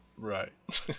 Right